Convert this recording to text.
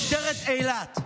משטרת אילת.